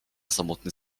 samotny